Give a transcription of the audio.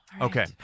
Okay